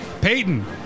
Peyton